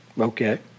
okay